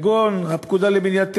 כגון הפקודה למניעת טרור,